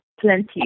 plenty